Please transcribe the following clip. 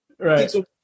Right